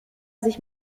sich